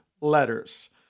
letters